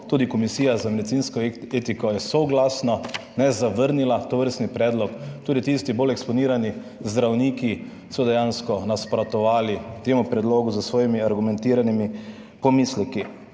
tudi Komisija za medicinsko etiko je soglasno ne ravno zavrnila tovrsten predlog, tudi tisti bolj eksponirani zdravniki so dejansko nasprotovali temu predlogu s svojimi argumentiranimi pomisleki.